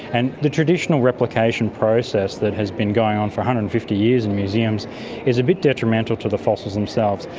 and the traditional replication process that has been going on for one hundred and fifty years in museums is a bit detrimental to the fossils themselves.